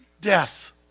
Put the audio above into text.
death